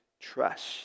trust